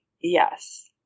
Yes